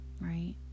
right